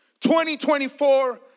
2024